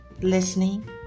listening